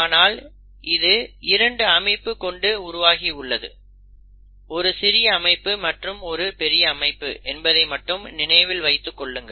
ஆனால் இது இரண்டு அமைப்பு கொண்டு உருவாகி உள்ளது ஒரு சிறிய அமைப்பு மற்றும் ஒரு பெரிய அமைப்பு என்பதை மட்டும் நினைவில் வைத்துக் கொள்ளுங்கள்